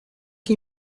que